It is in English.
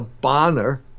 Bonner